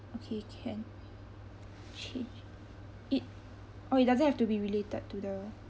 okay can change it oh it doesn't have to be related to the